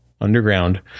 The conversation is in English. underground